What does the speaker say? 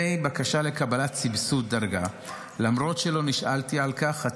תהליך הרישום